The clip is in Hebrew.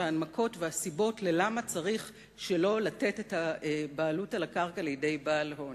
ההנמקות והסיבות למה צריך שלא לתת את הבעלות על הקרקע לידי בעל הון.